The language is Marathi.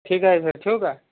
ठीक आहे सर ठेऊ का